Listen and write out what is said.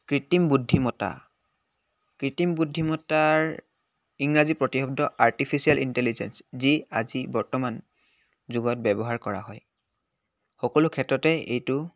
কৃত্ৰিম বুদ্ধিমত্ত্বা কৃত্ৰিম বুদ্ধিমত্ত্বাৰ ইংৰাজী প্ৰতিশব্দ আৰ্টিফিচিয়েল ইণ্টেলিজেঞ্চ যি আজি বৰ্তমান যুগত ব্যৱহাৰ কৰা হয় সকলো ক্ষেত্ৰতে এইটো